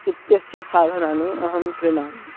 इत्यस्य साधनानि अहं क्रीणामि